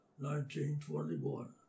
1921